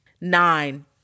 Nine